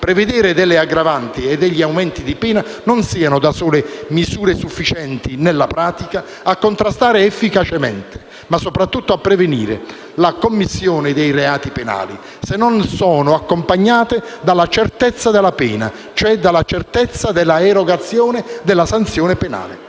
prevedere delle aggravanti e degli aumenti di pena non siano, da sole, misure sufficienti, nella pratica, a contrastare efficacemente, ma soprattutto a prevenire la commissione dei reati penali, se non sono accompagnate dalla certezza della pena, cioè dalla certezza della erogazione della sanzione penale.